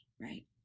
right